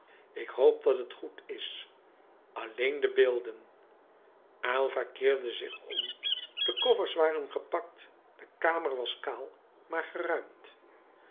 ik hoop dat het goed is alleen de beelden aylva keerde zich om de koffers waren gepakt de kamer was kaal maar